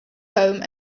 home